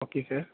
okay sir